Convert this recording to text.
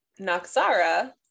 Naxara